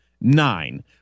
nine